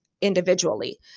individually